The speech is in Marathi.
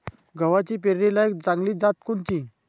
गव्हाची पेरनीलायक चांगली जात कोनची?